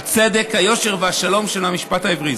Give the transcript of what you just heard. הצדק, היושר והשלום של המשפט העברי.